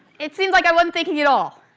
it seemed like i wasn't thinking at all.